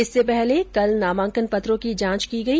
इससे पहले कल नामांकन पत्रों की जांच की गई